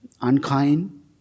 unkind